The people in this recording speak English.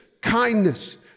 kindness